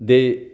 ਦੇ